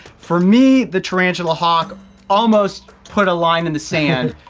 for me, the tarantula hawk almost put a line in the sand,